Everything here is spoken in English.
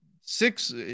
Six